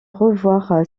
revoir